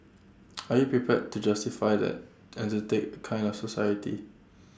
are you prepared to justify that and take that kind of society